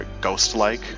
ghost-like